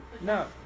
no